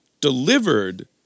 delivered